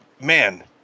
man